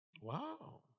Wow